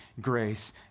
grace